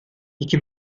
i̇ki